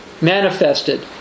manifested